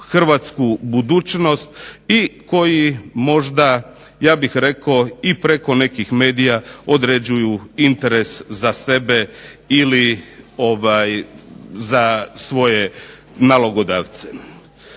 hrvatsku budućnost i koji možda ja bih rekao, preko nekih medija određuju interes za sebe ili za svoje nalogodavce.